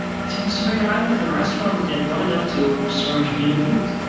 and she wants to figure out if the restaurant that they're going to go to serves vegan food.